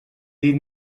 dit